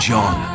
John